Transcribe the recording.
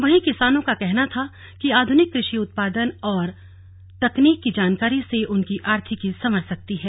वहीं किसानों का कहना था कि आधुनिक कृषि उत्पादन और तकनीक की जानकारी से उनकी आर्थिकी संवर सकती है